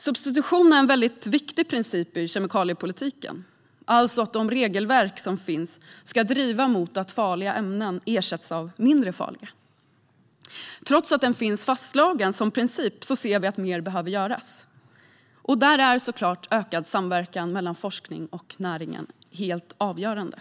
Substitution, det vill säga att de regelverk som finns ska verka drivande för att farliga ämnen ersätts av mindre farliga, är en viktig princip i kemikaliepolitiken. Trots att principen är fastslagen anser vi att mer behöver göras. Där är såklart ökad samverkan mellan forskningen och näringen helt avgörande.